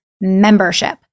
membership